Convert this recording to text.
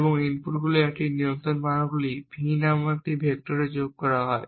এই ইনপুটগুলি এই নিয়ন্ত্রণ মানগুলি V নামক একটি ভেক্টরে যোগ করা হয়